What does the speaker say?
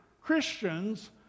Christians